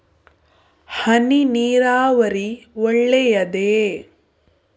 ಹನಿ ನೀರಾವರಿ ಒಳ್ಳೆಯದೇ?